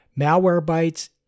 Malwarebytes